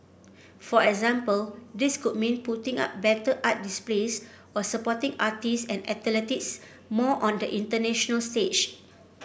for example this could mean putting up better art displays or supporting artists and athletes more on the international stage